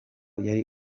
yari